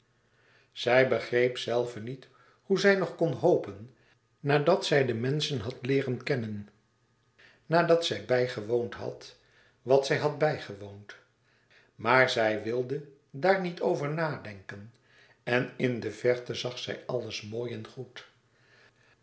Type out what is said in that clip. zij begreep zelve niet hoe zij nog hopen kon nadat zij het leven en den mensen had leeren kennen nadat zij bijgewoond had wat zij had bijgewoond maar zij wilde daar niet over nadenken en in de verte zag zij alles mooi en goed